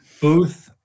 Booth